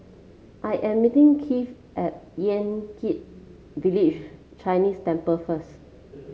I am meeting Keith at Yan Kit Village Chinese Temple first